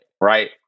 right